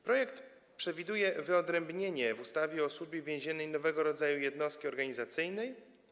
Projekt przewiduje wyodrębnienie w ustawie o Służbie Więziennej nowego rodzaju jednostki organizacyjnej.